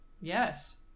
Yes